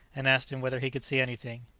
and asked him whether he could see anything.